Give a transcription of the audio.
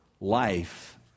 Life